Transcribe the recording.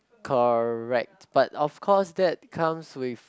correct but of course that comes with